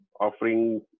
offering